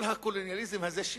כל הקולוניאליזם הזה,